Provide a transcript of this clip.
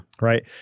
Right